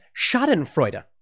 schadenfreude